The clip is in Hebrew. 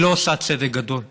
היא לא עושה צדק גדול,